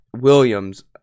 Williams